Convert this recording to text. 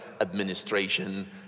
administration